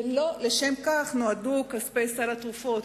ולא לכך נועדו כספי סל התרופות.